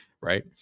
right